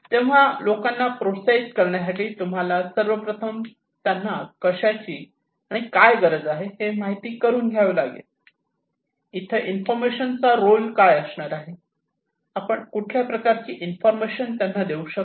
तेव्हा लोकांना प्रोत्साहित करण्यासाठी तुम्हाला सर्वप्रथम त्यांना कशाची आणि काय गरज आहे हे माहीत करून घ्यावे लागेल इथे इन्फॉर्मेशन चा रोल काय असणार आहे आपण कुठल्या प्रकारची इन्फॉर्मेशन त्यांना देऊ शकतो